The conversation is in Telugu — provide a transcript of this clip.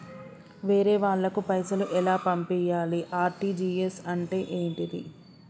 వేరే వాళ్ళకు పైసలు ఎలా పంపియ్యాలి? ఆర్.టి.జి.ఎస్ అంటే ఏంటిది?